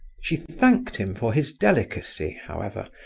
she thanked him for his delicacy, however,